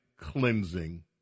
cleansing